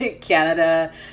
Canada